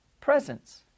presence